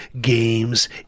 games